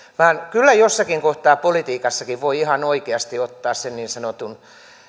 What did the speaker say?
kyllä jossakin kohtaa politiikassakin voi ihan oikeasti ottaa sen niin sanotun